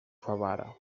favara